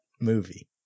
movie